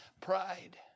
pride